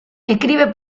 escribe